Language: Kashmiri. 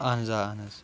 اہن حظ آ اہن حظ